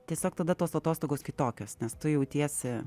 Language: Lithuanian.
tiesiog tada tos atostogos kitokios nes tu jautiesi